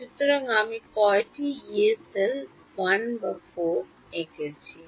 সুতরাং আমি কয়টি ইয়ে সেলগুলি 1 বা 4 এঁকেছি